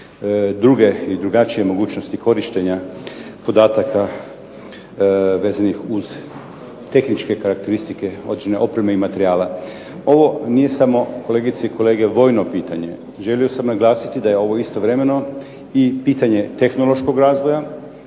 druge i drugačije mogućnosti korištenja podataka vezanih uz tehničke karakteristike određene opreme i materijala. Ovo nije samo kolegice i kolege vojno pitanje, želio sam naglasiti da je ovo istovremeno pitanje tehnološkog razvoja